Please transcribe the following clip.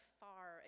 far